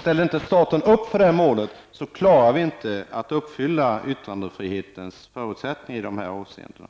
Ställer inte staten upp för detta mål klarar vi inte att uppfylla yttrandefrihetens förutsättningar i det här avseendena.